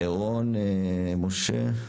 רון משה,